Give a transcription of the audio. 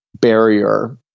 barrier